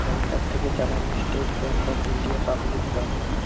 সরকার থেকে চালানো State Bank of India public bank